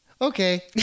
Okay